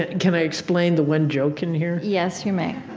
ah can i explain the one joke in here? yes, you may